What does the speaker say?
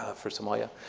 ah for somalia.